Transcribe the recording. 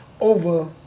over